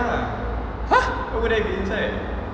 !huh!